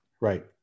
Right